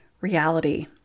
reality